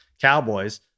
Cowboys